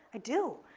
i do,